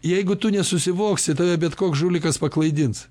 jeigu tu nesusivoksi tada bet koks žulikas paklaidins